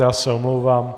Já se omlouvám.